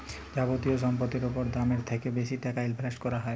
যাবতীয় সম্পত্তির উপর দামের থ্যাকে বেশি টাকা ইনভেস্ট ক্যরা হ্যয়